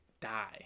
die